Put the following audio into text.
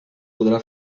podrà